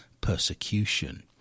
persecution